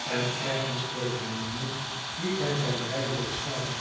en ergens tegen een muur liet hij zijn rijwiel staan